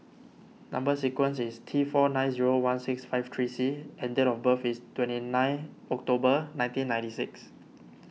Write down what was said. Number Sequence is T four nine zero one six five three C and date of birth is twenty nine October nineteen ninety six